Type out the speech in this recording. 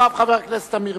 חבר הכנסת זאב בילסקי,